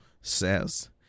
says